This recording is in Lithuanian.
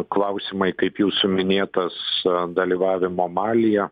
klausimai kaip jūsų minėtas dalyvavimo malyje